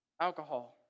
alcohol